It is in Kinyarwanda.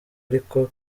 ariko